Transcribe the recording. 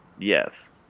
Yes